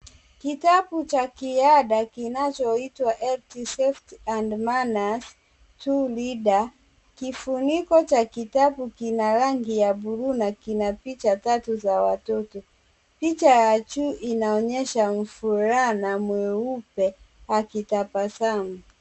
Kitabu cha kiada kinachoitwa Health safety and Manners two reader . Kifuniko cha kitabu kina rangi ya bluu na kina picha tatu za watoto. Picha ya juu inaonesha mvulana mweupe akitabasamu.